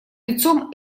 лицом